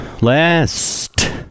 Last